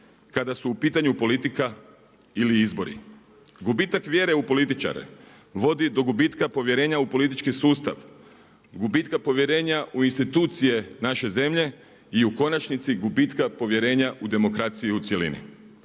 kada su u pitanju politika ili izbori. Gubitak vjere u političare, vodi do gubitka povjerenja u politički sustav, gubitka povjerenja u institucije naše zemlje i u konačnici gubitka povjerenja u demokraciju u cjelini.